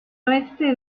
oeste